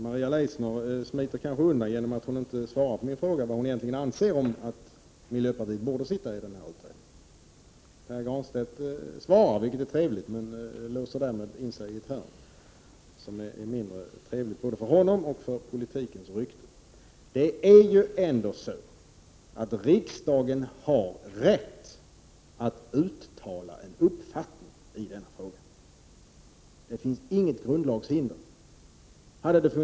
Maria Leissner smet undan genom att inte besvara min fråga om hon ansåg att miljöpartiet borde finnas med i utredningen. Pär Granstedt svarade visserligen, och det var trevligt, men han låste samtidigt in sig i ett hörn, vilket var mindre trevligt både för honom själv och för politikens rykte. Riksdagen har faktiskt rätt att uttala en uppfattning i denna fråga. Det finns inget grundlagshinder för detta.